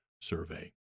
Survey